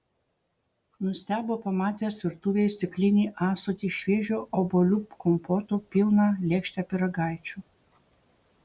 nustebo pamatęs virtuvėje stiklinį ąsotį šviežio obuolių kompoto pilną lėkštę pyragaičių